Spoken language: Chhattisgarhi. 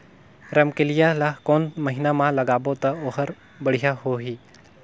रमकेलिया ला कोन महीना मा लगाबो ता ओहार बेडिया होही?